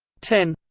ten